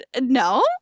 No